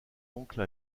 oncle